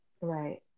Right